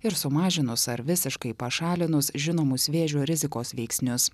ir sumažinus ar visiškai pašalinus žinomus vėžio rizikos veiksnius